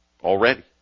Already